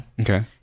Okay